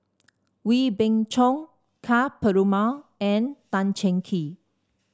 Wee Beng Chong Ka Perumal and Tan Cheng Kee